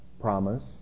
promise